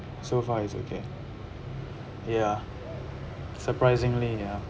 so far it's okay ya surprisingly ya